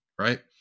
right